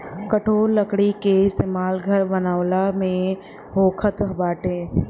कठोर लकड़ी के इस्तेमाल घर बनावला में होखत बाटे